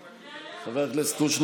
חבריי חברי הכנסת,